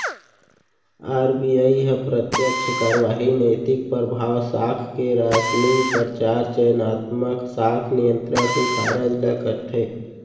RBI ह प्रत्यक्छ कारवाही, नैतिक परभाव, साख के रासनिंग, परचार, चयनात्मक साख नियंत्रन के कारज ल करथे